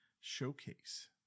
showcase